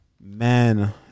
Man